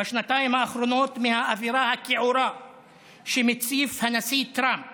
בשנתיים האחרונות מהאווירה הכעורה שמציף הנשיא טראמפ